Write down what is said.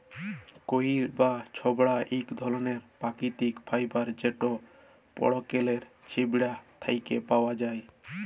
কইর বা ছবড়া ইক ধরলের পাকিতিক ফাইবার যেট লাইড়কেলের ছিবড়া থ্যাকে পাউয়া যায়